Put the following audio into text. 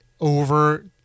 over